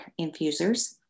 infusers